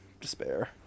despair